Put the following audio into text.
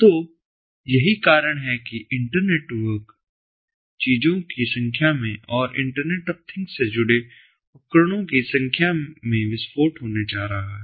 तो यही कारण है कि इन इंटरनेटवर्क चीजों की संख्या में और इंटरनेट ऑफ थिंग्स से जुड़े उपकरणों की संख्या में विस्फोट होने जा रहा है